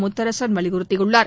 முத்தரசன் வலியுறுத்தியுள்ளார்